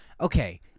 Okay